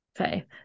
Okay